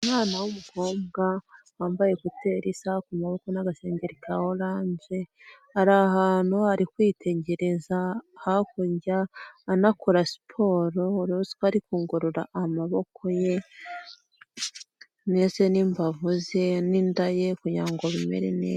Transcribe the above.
Umwana w'umukobwa wambaye ekuteri, isaha ku maboko n'agasengengeri ka orange ari ahantu ari kwitegereza hakujya anakora siporo ruswa ariko ngora amaboko ye ndetse n'imbavu ze n'inda ye kugira ngo bimere neza.